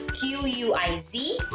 Q-U-I-Z